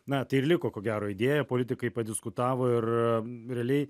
na tai ir liko ko gero idėja politikai padiskutavo ir realiai